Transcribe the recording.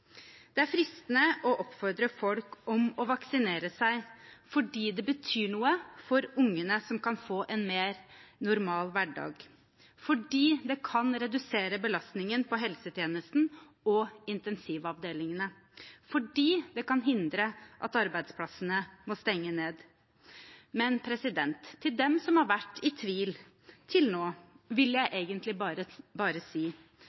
Det er fristende å oppfordre folk til å vaksinere seg fordi det betyr noe for ungene, som kan få en mer normal hverdag, fordi det kan redusere belastningen på helsetjenesten og intensivavdelingene, og fordi det kan hindre at arbeidsplassene må stenge ned. Men til dem som har vært i tvil til nå, vil jeg egentlig bare si: